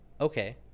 Okay